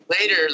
later